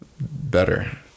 better